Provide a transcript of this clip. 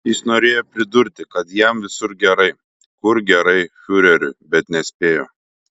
jis norėjo pridurti kad jam visur gerai kur gerai fiureriui bet nespėjo